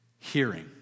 Hearing